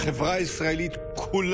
חברי הכנסת,